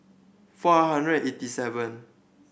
four hundred eighty seven